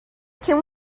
can